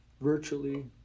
virtually